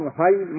high